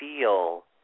feel